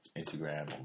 Instagram